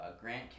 Grant